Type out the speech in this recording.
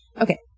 Okay